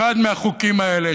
זה אחד מהחוקים האלה,